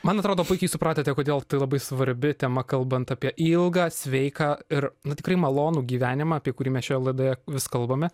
man atrodo puikiai supratote kodėl tai labai svarbi tema kalbant apie ilgą sveiką ir nu tikrai malonų gyvenimą apie kurį mes šioje laidoje vis kalbame